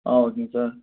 ஆ ஓகேங்க சார்